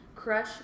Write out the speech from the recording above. crush